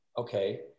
okay